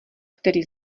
který